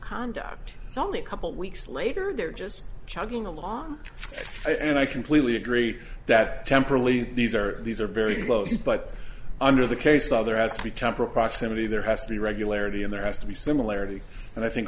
conduct it's only a couple weeks later they're just chugging along and i completely agree that temporal these are these are very close but under the case law there has to be temporal proximity there has to be regularity and there has to be similarity and i think